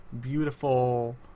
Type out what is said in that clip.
beautiful